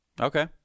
Okay